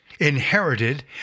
inherited